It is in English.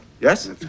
Yes